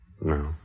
No